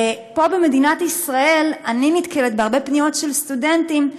ופה במדינת ישראל אני נתקלת בהרבה פניות של סטודנטים,